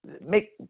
make